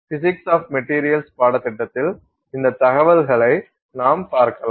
physics of materials பாடத்திட்டத்தில் இந்தத் தகவலை நாம் பார்க்கலாம்